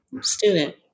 student